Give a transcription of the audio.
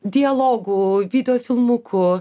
dialogų video filmukų